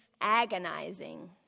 agonizing